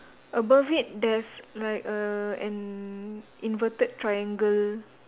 above it there's like a an inverted triangle